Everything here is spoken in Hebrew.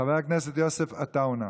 חבר הכנסת יוסף עטאונה.